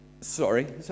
Sorry